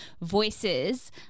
voices